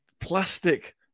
plastic